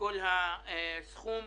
כל הסכום.